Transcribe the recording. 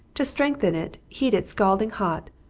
to strengthen it, heat it scalding hot,